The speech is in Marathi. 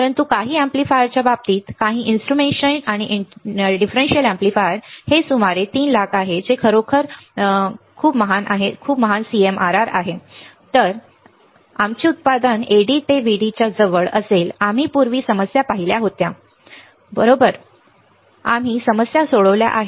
परंतु काही अॅम्प्लीफायरच्या बाबतीत काही इंस्ट्रुमेंटेशन आणि फरक एम्पलीफायर हे सुमारे 300000 आहे जे खरोखर महान CMRR आहे आमचे उत्पादन AD ते VD च्या जवळ असेल आम्ही पूर्वी समस्या पाहिल्या होत्या जेव्हा आम्ही शोधत होतो CMRR बरोबर आम्ही समस्या सोडवल्या आहेत